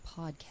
podcast